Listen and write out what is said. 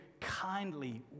kindly